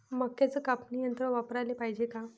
मक्क्याचं कापनी यंत्र वापराले पायजे का?